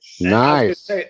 Nice